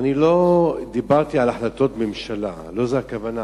לא דיברתי על החלטות ממשלה, לא זו הכוונה.